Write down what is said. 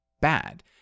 bad